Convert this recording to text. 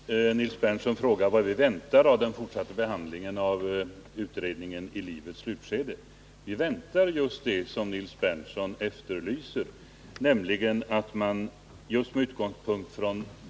Herr talman! Nils Berndtson frågar vad vi väntar oss av den fortsatta behandlingen av utredningen I livets slutskede. Vi väntar oss just det som Nils Berndtson efterlyser.